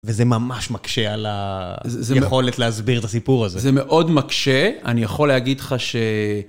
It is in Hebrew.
וזה ממש מקשה על היכולת להסביר את הסיפור הזה. זה מאוד מקשה, אני יכול להגיד לך ש...